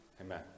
Amen